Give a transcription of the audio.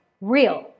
real